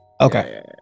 Okay